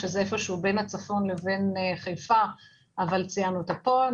שזה איפשהו בין הצפון לבין חיפה אבל ציינו אותה פה,